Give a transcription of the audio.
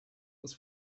das